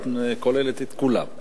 את כוללת את כולם.